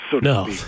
No